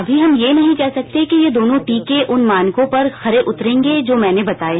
अभी हम यह नहीं कह सकते कि ये दोनों टीके उन मानको पर खरे उतरेंगे जो मैंने बताये